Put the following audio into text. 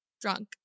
drunk